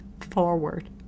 forward